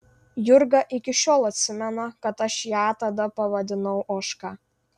jurga iki šiol atsimena kad aš ją tada pavadinau ožka